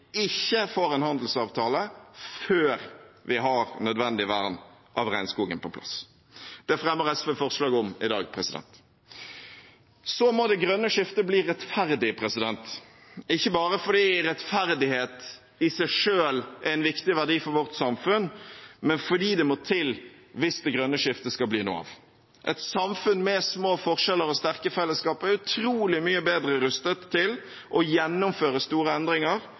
ikke får en handelsavtale før vi har nødvendig vern av regnskogen på plass. Det fremmer SV forslag om i dag. Så må det grønne skiftet bli rettferdig, ikke bare fordi rettferdighet i seg selv er en viktig verdi for vårt samfunn, men også fordi det må til hvis det grønne skiftet skal bli noe av. Et samfunn med små forskjeller og sterke fellesskap er utrolig mye bedre rustet til å gjennomføre store endringer